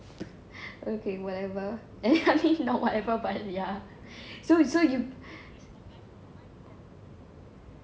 okay whatever then I mean not whatever but ya so it's like you